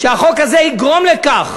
והחוק הזה יגרום לכך